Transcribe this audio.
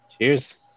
Cheers